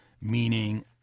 Meaning